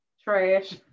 Trash